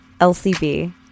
LCB